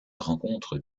rencontre